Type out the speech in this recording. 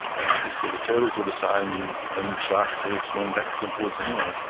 and i guess all the turtles are the same and and the sharks are all swimming backwards and forwards anyway.